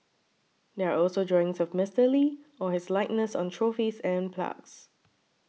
there are also drawings of Mister Lee or his likeness on trophies and plagues